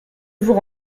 vous